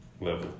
level